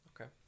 Okay